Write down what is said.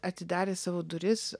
atidarė savo duris